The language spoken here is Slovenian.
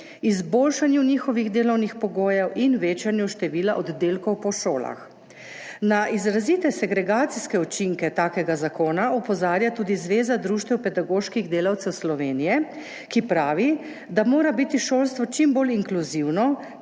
izboljšanju njihovih delovnih pogojev in večanju števila oddelkov po šolah. Na izrazite segregacijske učinke takega zakona opozarja tudi Zveza društev pedagoških delavcev Slovenije, ki pravi, da mora biti šolstvo čim bolj inkluzivno,